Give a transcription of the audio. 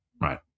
Right